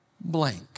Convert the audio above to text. blank